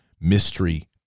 mystery